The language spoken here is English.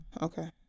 okay